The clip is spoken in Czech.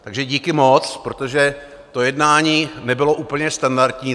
Takže díky moc, protože to jednání nebylo úplně standardní.